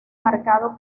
marcado